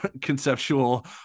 conceptual